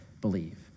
believe